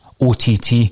OTT